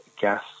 gas